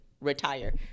retire